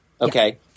okay